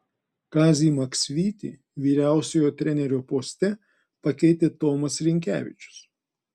kazį maksvytį vyriausiojo trenerio poste pakeitė tomas rinkevičius